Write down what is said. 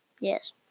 Yes